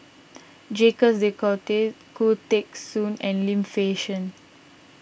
Jacques De Coutre Khoo Teng Soon and Lim Fei Shen